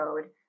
code